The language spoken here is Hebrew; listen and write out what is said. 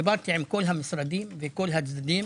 דיברתי עם כל המשרדים וכל הצדדים